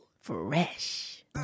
fresh